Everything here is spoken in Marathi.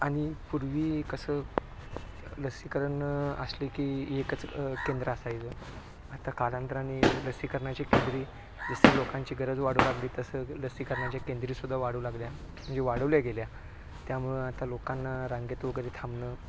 आणि पूर्वी कसं लसीकरण असले की एकच केंद्र असायचं आता कालांतराने लसीकरणाची केंद्रं जसं लोकांची गरज वाढू लागली तसं लसीकरणाच्या केंद्रंसुद्धा वाढू लागली म्हणजे वाढवली गेली त्यामुळे आता लोकांना रांगेत वगैरे थांबणं